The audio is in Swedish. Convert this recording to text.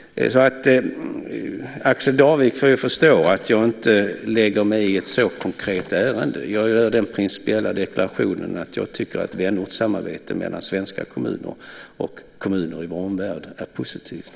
Axel Darvik får förstå att jag inte lägger mig i ett så konkret ärende. Jag gör den principiella deklarationen att jag tycker att vänortssamarbete mellan svenska kommuner och kommuner i vår omvärld är positivt.